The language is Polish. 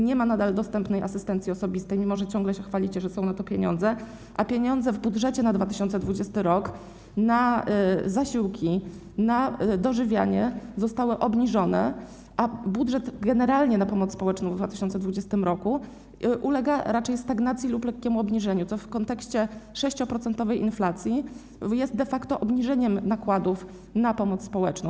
Nie ma nadal dostępnej asystencji osobistej, mimo że ciągle się chwalicie, że są na to pieniądze, a pieniądze w budżecie na 2020 r. na zasiłki, na dożywianie zostały obniżone, a generalnie budżet na pomoc społeczną w 2020 r. ulega raczej stagnacji lub lekkiemu obniżeniu, co w kontekście 6-procentowej inflacji jest de facto obniżeniem nakładów na pomoc społeczną.